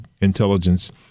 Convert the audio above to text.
intelligence